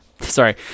Sorry